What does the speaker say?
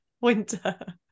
winter